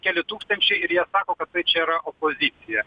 keli tūkstančiai ir sako kad tai čia yra opozicija